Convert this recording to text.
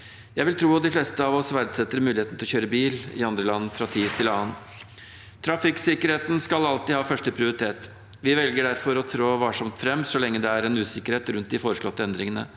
Jeg vil tro at de fleste av oss verdsetter muligheten til å kjøre bil i andre land fra tid til annen. Trafikksikkerheten skal alltid ha første prioritet. Vi velger derfor å trå varsomt fram så lenge det er en usikkerhet rundt de foreslåtte endringene.